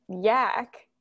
yak